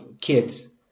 kids